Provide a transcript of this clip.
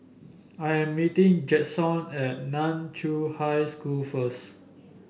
I am meeting Jaxon at Nan Chiau High School first